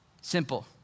Simple